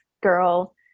girl